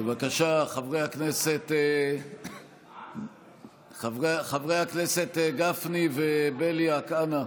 בבקשה, חברי הכנסת, חברי הכנסת גפני ובליאק, אנא.